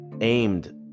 aimed